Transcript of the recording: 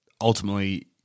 ultimately –